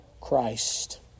Christ